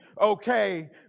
okay